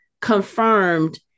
confirmed